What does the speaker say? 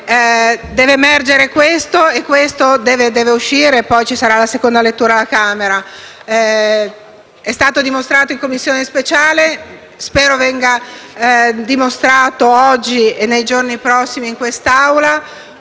deve emergere questo, poi ci sarà la seconda lettura alla Camera. È stato dimostrato in Commissione speciale e spero venga dimostrato oggi e nei giorni prossimi in quest'Aula,